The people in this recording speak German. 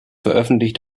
veröffentlicht